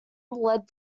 led